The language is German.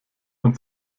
man